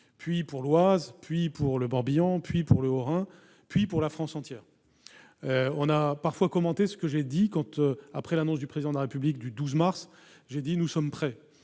puis pour l'Oise, pour le Morbihan, pour le Haut-Rhin et puis pour la France entière. On a parfois commenté mes propos quand j'ai indiqué, après l'annonce du Président de la République du 12 mars :« nous sommes prêts ».